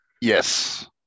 Yes